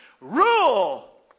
Rule